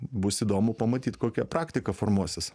bus įdomu pamatyt kokia praktika formuosis